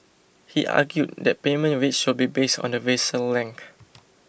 he argued that payment rates should be based on the vessel